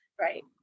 right